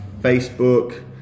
Facebook